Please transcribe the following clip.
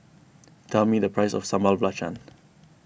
tell me the price of Sambal Belacan